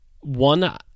one